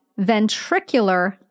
ventricular